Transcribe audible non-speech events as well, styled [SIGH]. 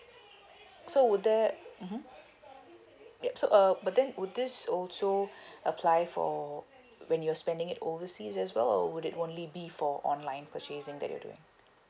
so would that mmhmm ya so uh but then would this also [BREATH] apply for when you're spending it overseas as well or would it only be for online purchasing that you are doing